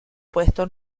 puesto